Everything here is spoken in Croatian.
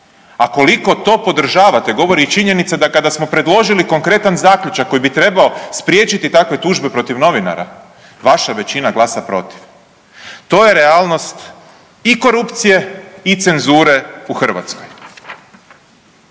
a koliko to podržavate, govori i činjenica da kada smo predložili konkretan zaključak koji bi trebao spriječiti takve tužbe protiv novinara, vaša većina glasa protiv. To je realnost i korupcije i cenzure u Hrvatskoj.